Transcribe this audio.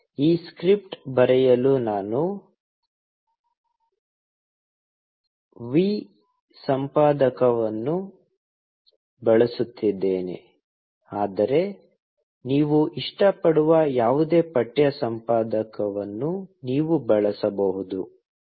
ಈ ಸ್ಕ್ರಿಪ್ಟ್ ಬರೆಯಲು ನಾನು vi ಸಂಪಾದಕವನ್ನು ಬಳಸುತ್ತಿದ್ದೇನೆ ಆದರೆ ನೀವು ಇಷ್ಟಪಡುವ ಯಾವುದೇ ಪಠ್ಯ ಸಂಪಾದಕವನ್ನು ನೀವು ಬಳಸಬಹುದು